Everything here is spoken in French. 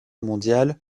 mondiale